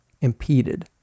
impeded